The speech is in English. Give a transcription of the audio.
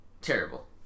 Terrible